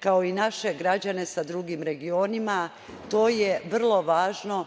kao i naše građane sa drugim regionima, to je vrlo važno